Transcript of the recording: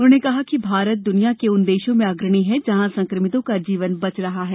उन्होंने कहा कि भारत दुनिया के उन देशों में अग्रणी है जहां संक्रमितों का जीवन बच रहा है